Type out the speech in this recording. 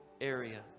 area